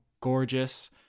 gorgeous